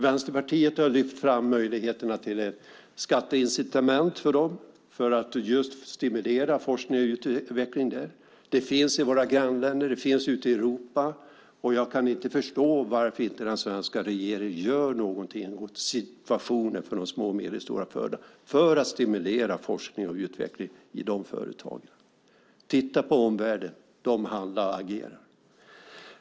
Vänsterpartiet har lyft fram möjligheterna till ett skatteincitament för dem för att just stimulera forskning och utveckling där. Det finns i våra grannländer, det finns ute i Europa och jag kan inte förstå varför inte den svenska regeringen gör någonting åt situationen för de små och medelstora företagen för att stimulera forskning och utveckling där. Titta på omvärlden! De handlar och agerar.